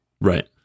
Right